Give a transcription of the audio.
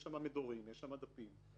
יש שם מדורים, דפים.